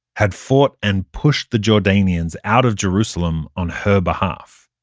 had fought and pushed the jordanians out of jerusalem on her behalf.